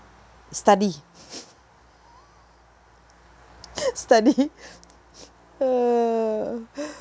study study ha